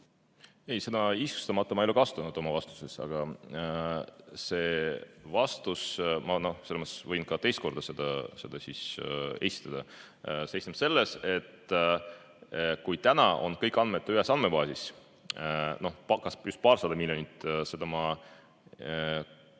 Ei, seda "isikustamata" ma ei ole kasutanud oma vastuses, aga see vastus, ma võin ka teist korda selle siis esitada, seisneb selles, et kui täna on kõik andmed ühes andmebaasis, kas nüüd paarsada miljonit, selles ma kahtlen,